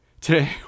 Today